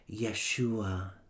Yeshua